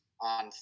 on